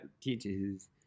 teaches